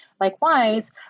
likewise